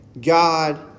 God